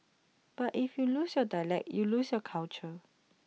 but if you lose your dialect you lose your culture